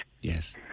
Yes